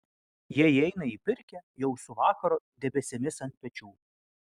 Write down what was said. jie įeina į pirkią jau su vakaro debesimis ant pečių